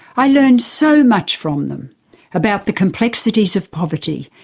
i learned so much from them about the complexities of poverty,